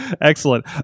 Excellent